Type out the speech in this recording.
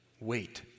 Wait